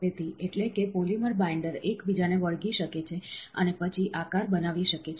તેથી એટલે કે પોલિમર બાઈન્ડર એકબીજાને વળગી શકે છે અને પછી આકાર બનાવી શકે છે